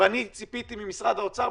וציפיתי ממשרד האוצר,